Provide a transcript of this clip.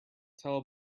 tell